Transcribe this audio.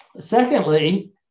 Secondly